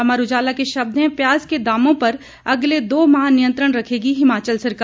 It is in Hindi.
अमर उजाला के शब्द हैं प्याज के दामों पर अगले दो माह नियंत्रण रखेगी हिमाचल सरकार